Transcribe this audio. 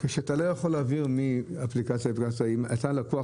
שאתה לא יכול להעביר מאפליקציה כי אתה לקוח